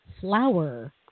Flower